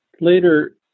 later